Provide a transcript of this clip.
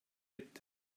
etti